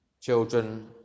children